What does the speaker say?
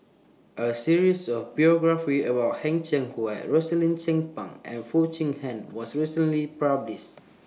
A series of biographies about Heng Cheng Hwa Rosaline Chan Pang and Foo Chee Han was recently published